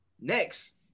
Next